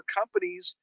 companies